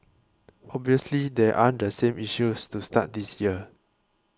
obviously there aren't the same issues to start this year